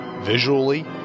visually